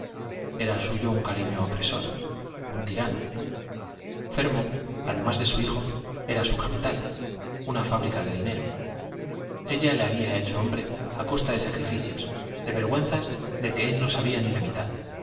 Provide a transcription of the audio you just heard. era el suyo un cariño opresor un tirano fermo además de su hijo era su capital una fábrica de dinero ella le había hecho hombre a costa de sacrificios de vergüenzas de que él no sabía ni la mitad